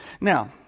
now